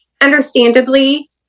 understandably